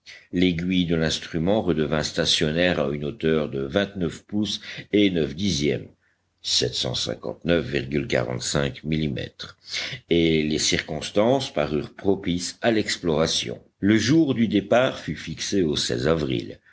l'aiguille de l'instrument redevint stationnaire à une hauteur de vingt-neuf pouces et neuf dixièmes et les circonstances parurent propices à l'exploration le jour du départ fut fixé au avril